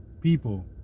people